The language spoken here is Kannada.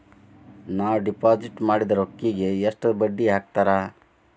ನಾವು ಡಿಪಾಸಿಟ್ ಮಾಡಿದ ರೊಕ್ಕಿಗೆ ಎಷ್ಟು ಬಡ್ಡಿ ಹಾಕ್ತಾರಾ?